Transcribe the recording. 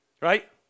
Right